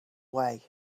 way